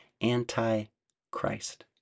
anti-Christ